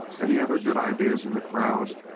any other good ideas in the crowd?